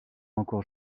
encore